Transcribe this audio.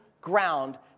...ground